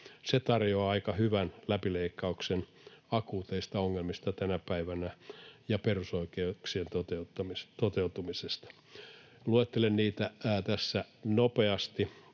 Se tarjoaa aika hyvän läpileikkauksen akuuteista ongelmista tänä päivänä ja perusoikeuksien toteutumisesta. Luettelen niitä tässä nopeasti,